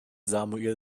samuel